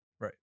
Right